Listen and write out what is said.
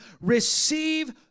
receive